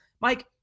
Mike